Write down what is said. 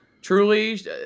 truly